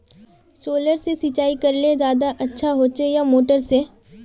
Solar से सिंचाई करले ज्यादा अच्छा होचे या मोटर से?